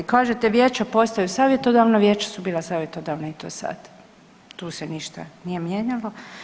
Kažete, vijeća postaju savjetodavna vijeća su bila savjetodavna i to sad, tu se ništa nije mijenjalo.